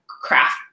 craft